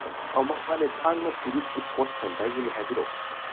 ꯑꯧ ꯃꯥꯅꯦ ꯊꯥꯡꯒ ꯇꯨꯔꯤꯁ ꯏꯁꯄꯣꯠ ꯁꯦꯟꯇꯔꯒꯤꯅꯦ ꯍꯥꯏꯕꯤꯔꯛꯎ